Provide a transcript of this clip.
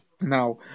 Now